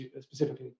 specifically